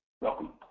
Welcome